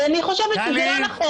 אני חושבת שזה לא נכון.